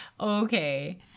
Okay